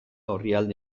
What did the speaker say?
orrialde